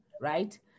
right